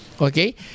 okay